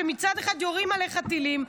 שמצד אחד יורים עליך טילים,